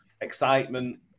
excitement